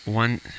One